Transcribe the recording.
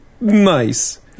nice